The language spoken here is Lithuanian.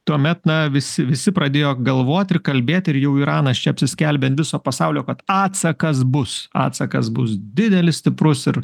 tuomet na visi visi pradėjo galvot ir kalbėt ir jau iranas čia apsiskelbė ant viso pasaulio kad atsakas bus atsakas bus didelis stiprus ir